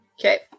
Okay